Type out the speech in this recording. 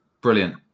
Brilliant